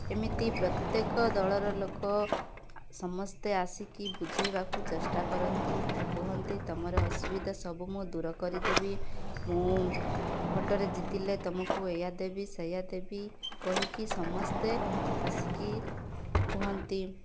ଏମିତି ପ୍ରତ୍ୟେକ ଦଳର ଲୋକ ସମସ୍ତେ ଆସିକି ବୁଝାଇବାକୁ ଚେଷ୍ଟା କରନ୍ତି ବା କୁହନ୍ତି ତୁମର ଅସୁବିଧା ସବୁ ମୁଁ ଦୂର କରିଦେବି ମୁଁ ଭୋଟ୍ ରେ ଜିତିଲେ ତୁମକୁ ଏଇୟା ଦେବି ସେଇୟା ଦେବି କହିକି ସମସ୍ତେ ଆସିକି କୁହନ୍ତି